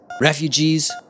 refugees